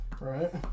Right